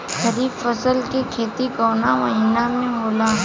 खरीफ फसल के खेती कवना महीना में होला?